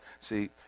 See